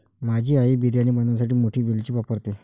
माझी आई बिर्याणी बनवण्यासाठी मोठी वेलची वापरते